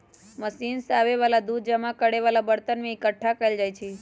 machine से आबे वाला दूध जमा करे वाला बरतन में एकट्ठा कएल जाई छई